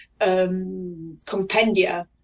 compendia